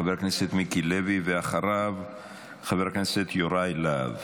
חבר הכנסת מיקי לוי, ואחריו חבר הכנסת יוראי להב.